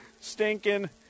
stinking